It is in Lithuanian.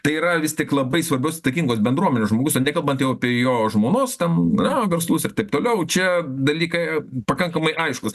tai yra vis tik labai svarbios įtakingos bendruomenės žmogus ten nekalbant jau apie jo žmonos ten na verslus ir taip toliau čia dalykai pakankamai aiškūs